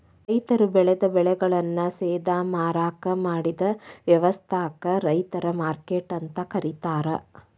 ರೈತರು ಬೆಳೆದ ಬೆಳೆಗಳನ್ನ ಸೇದಾ ಮಾರಾಕ್ ಮಾಡಿದ ವ್ಯವಸ್ಥಾಕ ರೈತರ ಮಾರ್ಕೆಟ್ ಅಂತ ಕರೇತಾರ